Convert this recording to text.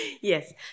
Yes